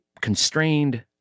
constrained